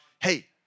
hey